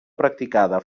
practicada